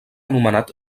anomenat